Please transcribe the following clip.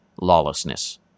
lawlessness